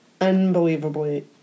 unbelievably